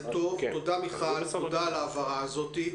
תודה על ההבהרה הזו.